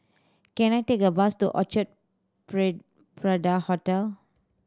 can I take a bus to Orchard prey Parade Hotel